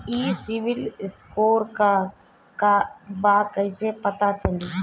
ई CIBIL score का बा कइसे पता चली?